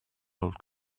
old